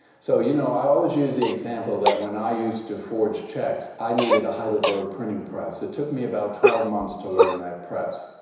so you know, i always use the example that when i used to forge checks, i needed a heidelberg printing press. it took me about twelve months to learn that press.